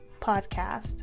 Podcast